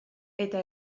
eta